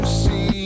see